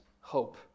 hope